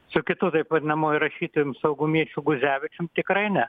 su kitu taip vadinamuoju rašytojum saugumiečiu guzevičium tikrai ne